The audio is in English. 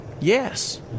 yes